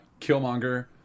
Killmonger